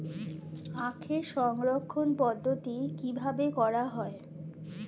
আখের সংরক্ষণ পদ্ধতি কিভাবে করা হয়?